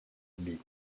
bee